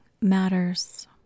matters